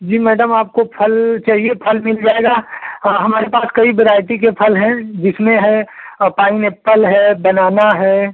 जी madam आप को फल चाहिए फल मिल जाएगा हमारे पास कई बरायटी के फल हैं जिसमें है पाइनएप्पल है बनाना है